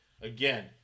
again